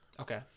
Okay